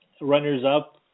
runners-up